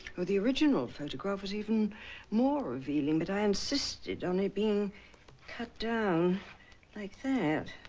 oh the original photograph was even more revealing but i insisted on it being cut down like that.